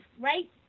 right